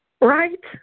Right